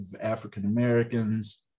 African-Americans